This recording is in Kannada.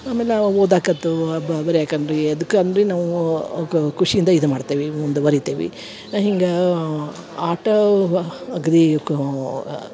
ಆಮೇಲೆ ನಾ ಓದಕತ್ತೂ ಬರಿ ಯಾಕಂದ್ರಿ ಎದುಕಂದ್ರ ನಾವು ಖುಷಿಯಿಂದ ಇದು ಮಾಡ್ತೀವಿ ಮುಂದ್ವರಿತೆವಿ ಹಿಂಗೆ ಆಟ ವ ಅಗ್ರೀ ಕೂ